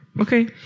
okay